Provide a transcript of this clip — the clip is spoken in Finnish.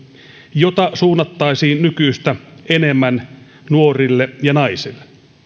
jota suunnattaisiin nykyistä enemmän nuorille ja naisille